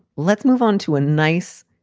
let's move on to a nice.